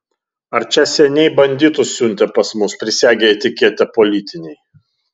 ar čia seniai banditus siuntė pas mus prisegę etiketę politiniai